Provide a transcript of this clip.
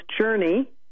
journey